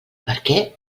barquer